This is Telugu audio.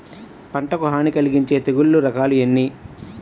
పంటకు హాని కలిగించే తెగుళ్ల రకాలు ఎన్ని?